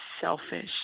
selfish